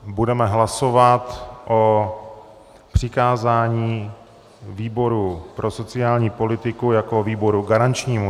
Budeme hlasovat o přikázání výboru pro sociální politiku jako výboru garančnímu.